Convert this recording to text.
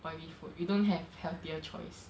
oily food we don't have healthier choice